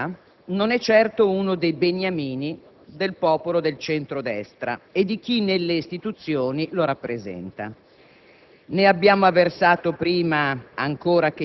l'onorevole Vincenzo Visco, si sa, non è certo uno dei beniamini del popolo del centro-destra e di chi nelle istituzioni lo rappresenta.